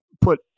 put